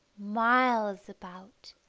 miles about,